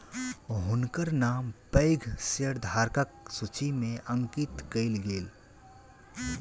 हुनकर नाम पैघ शेयरधारकक सूचि में अंकित कयल गेल